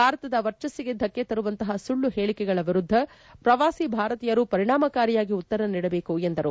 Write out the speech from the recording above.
ಭಾರತದ ವರ್ಚಸ್ಪಿಗೆ ಧಕ್ಕೆ ತರುವಂತಹ ಸುಳ್ಳು ಹೇಳಿಕೆಗಳ ವಿರುದ್ದ ಪ್ರವಾಸಿ ಭಾರತೀಯರು ಪರಿಣಾಮಕಾರಿಯಾಗಿ ಉತ್ತರ ನೀಡಬೇಕು ಎಂದರು